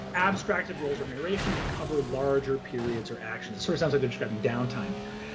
abstracted rolls or narration that cover larger periods or actions? it sorta sounds like they're describing downtime here.